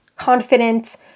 confident